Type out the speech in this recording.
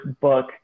book